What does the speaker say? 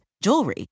jewelry